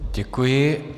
Děkuji.